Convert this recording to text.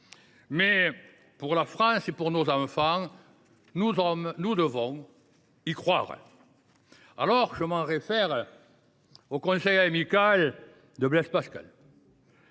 Pour la France et pour nos enfants, nous devons y croire. Alors je me réfère au conseil amical de Blaise Pascal,